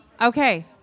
Okay